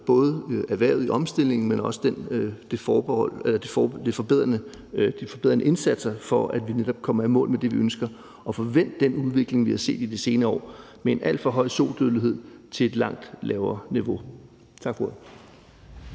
erhvervet i omstillingen, men også de forbedrende indsatser, for at vi netop kommer i mål med det, vi ønsker, og får vendt den udvikling, vi har set i de senere år, med en alt for høj sodødelighed til et langt lavere niveau. Tak for